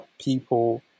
people